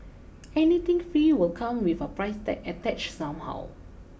anything free will come with a price tag attached somehow